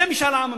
זה משאל עם אמיתי,